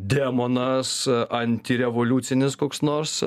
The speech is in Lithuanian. demonas antirevoliucinis koks nors